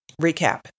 recap